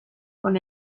con